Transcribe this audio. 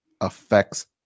affects